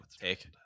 take